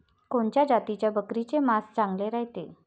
कोनच्या जातीच्या बकरीचे मांस चांगले रायते?